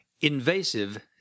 Invasive